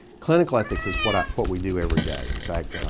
clinical ethics is what ah what we do every day. in fact,